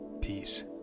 Peace